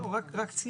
לא, רק ציינתי.